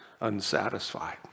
unsatisfied